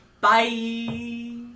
Bye